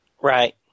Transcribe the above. right